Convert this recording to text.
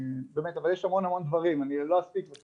באמת יש עוד המון המון דברים, אני לא אספיק.